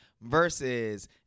versus